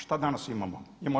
Šta danas imamo?